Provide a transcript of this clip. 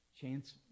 chance